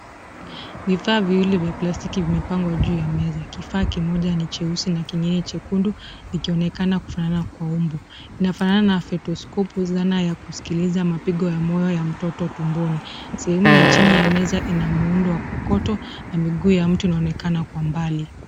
Vifaa viwili vya plastiki vimepangwa juu ya meza. Kifaa kimoja ni cheusi na kingine chekundu, ikionekana kufanana kwa umbo. Inafanana na fetoskopu zana ya kuskiliza mapigo ya moyo ya mtoto tumboni. Sehemu ya chini ya meza ina muundo wa kokoto, na miguu ya mtu inaonekana kwa mbali.